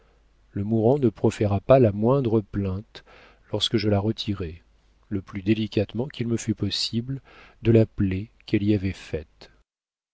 le mourant ne proféra pas la moindre plainte lorsque je la retirai le plus délicatement qu'il me fut possible de la plaie qu'elle y avait faite